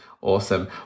Awesome